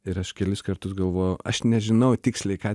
ir aš kelis kartus galvojau aš nežinau tiksliai ką